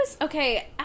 okay